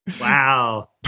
Wow